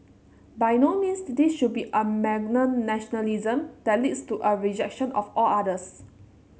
by no means this should be a malignant nationalism that leads to a rejection of all others